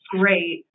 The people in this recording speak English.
great